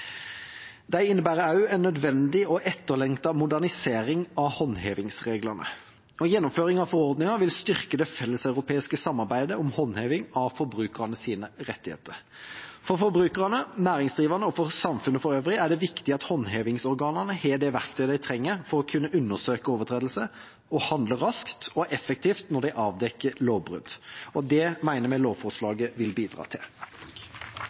Det innebærer også en nødvendig og etterlengtet modernisering av håndhevingsreglene. Gjennomføring av forordningen vil styrke det felleseuropeiske samarbeidet om håndheving av forbrukernes rettigheter. For forbrukerne, næringsdrivende og samfunnet for øvrig er det viktig at håndhevingsorganene har det verktøyet de trenger for å kunne undersøke overtredelse og handle raskt og effektivt når de avdekker lovbrudd. Det mener vi lovforslaget vil bidra til.